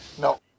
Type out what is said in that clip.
No